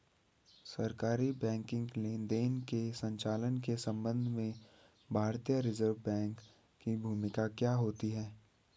सरकारी बैंकिंग लेनदेनों के संचालन के संबंध में भारतीय रिज़र्व बैंक की भूमिका क्या होती है?